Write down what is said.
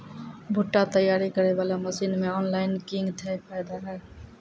भुट्टा तैयारी करें बाला मसीन मे ऑनलाइन किंग थे फायदा हे?